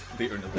leona but